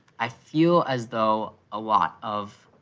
i feel as though a lot of